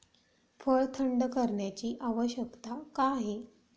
फळ थंड करण्याची आवश्यकता का आहे?